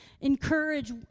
encourage